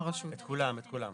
את כולם.